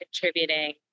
contributing